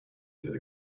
did